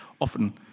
often